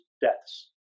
deaths